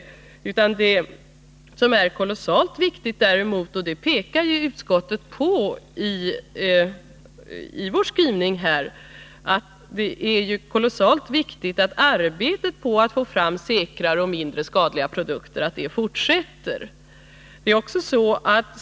Det som däremot är kolossalt viktigt — och det pekar utskottet på i sin skrivning — är att arbetet med att få fram säkrare och mindre skadliga produkter fortsätter.